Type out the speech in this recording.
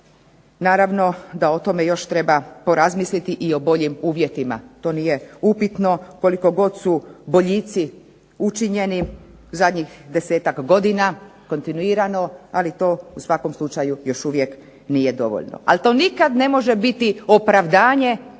Naravno da o tome još treba porazmisliti i o boljim uvjetima. To nije upitno, koliko god su boljici učinjeni zadnjih 10-tak godina kontinuirano, ali to u svakom slučaju još uvijek nije dovoljno. Ali to nikad ne može biti opravdanje